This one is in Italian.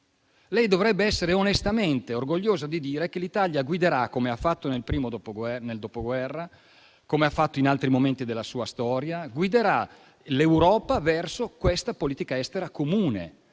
Lei dovrebbe essere onestamente orgogliosa di dire che l'Italia guiderà l'Europa, come ha fatto nel Dopoguerra, come ha fatto in altri momenti della sua storia, verso questa politica estera comune,